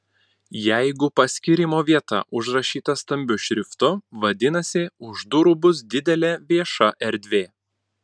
jeigu paskyrimo vieta užrašyta stambiu šriftu vadinasi už durų bus didelė vieša erdvė